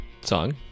song